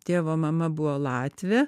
tėvo mama buvo latvė